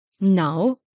Now